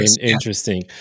Interesting